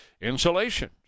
Insulation